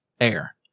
air